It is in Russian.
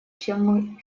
чем